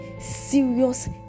serious